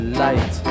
light